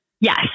Yes